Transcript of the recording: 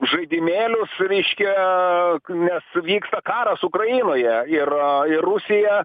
žaidimėlius reiškia nes vyksta karas ukrainoje ir ir rusija